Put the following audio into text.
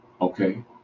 Okay